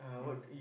mm